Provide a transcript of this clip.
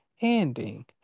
ending